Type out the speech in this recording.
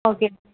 okay